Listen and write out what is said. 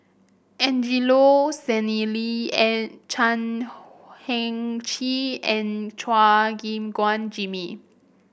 Angelo Sanelli and Chan Heng Chee and Chua Gim Guan Jimmy